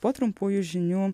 po trumpųjų žinių